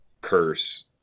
Curse